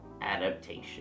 adaptation